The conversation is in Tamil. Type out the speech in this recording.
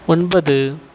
ஒன்பது